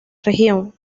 región